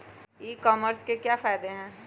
ई commerce के क्या फायदे हैं?